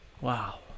Wow